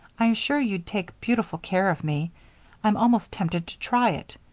i'm sure you'd take beautiful care of me i'm almost tempted to try it.